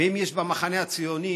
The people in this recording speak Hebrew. ואם במחנה הציוני